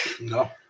No